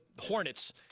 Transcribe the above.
Hornets